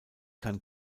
kann